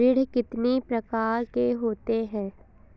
ऋण कितनी प्रकार के होते हैं?